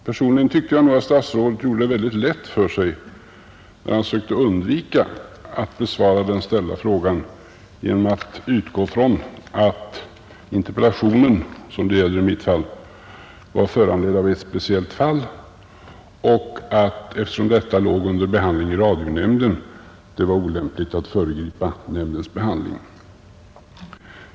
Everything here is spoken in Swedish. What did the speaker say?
Personligen tycker jag att statsrådet gjorde det lätt för sig när han sökte undvika att besvara den ställda frågan genom att utgå ifrån att interpellationen, som det gäller i mitt fall, var föranledd av ett speciellt ärende och att det, eftersom ärendet låg under behandling i radionämnden, var olämpligt att föregripa nämndens behandling.